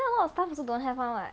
now a lot of stuff also don't have [one] [what]